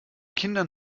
kindern